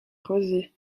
rosés